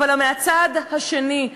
אבל מהצד השני,